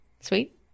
Sweet